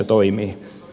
arvoisa puhemies